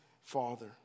father